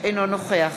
אינו נוכח